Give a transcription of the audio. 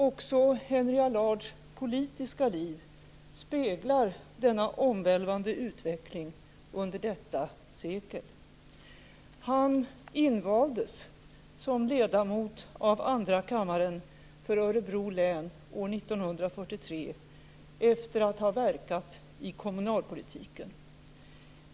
Också Henry Allards politiska liv speglar denna omvälvande utveckling under detta sekel. Han invaldes som ledamot av andra kammaren för Örebro län år 1943, efter att ha verkat i kommunalpolitiken.